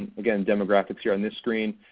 again, demographics here on this screen.